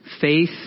faith